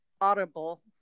audible